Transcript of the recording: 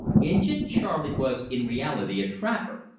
injin charley was in reality a trapper,